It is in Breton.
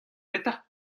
petra